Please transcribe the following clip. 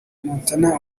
montana